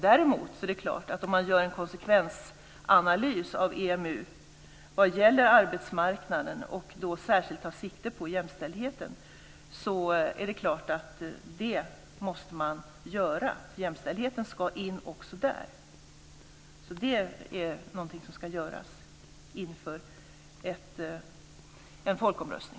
Däremot är det klart att en konsekvensanalys av EMU som särskilt tar sikte på jämställdheten på arbetsmarknaden måste göras inför en folkomröstning. Jämställdheten ska komma in också där.